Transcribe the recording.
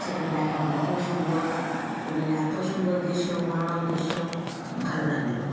সেগুলো দেখা হল খুব সুন্দর পুরীর এত সুন্দর দৃশ্য মনোরম দৃশ্য ভালো লাগল